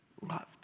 loved